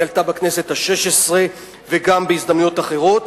היא עלתה בכנסת השש-עשרה וגם בהזדמנויות אחרות.